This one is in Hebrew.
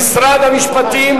המשרד לביטחון פנים,